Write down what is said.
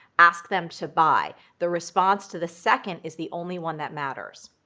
ask them to buy. the response to the second is the only one that matters.